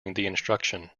instruction